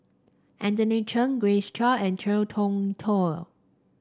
Anthony Chen Grace Chia and Ngiam Tong Dow